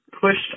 pushed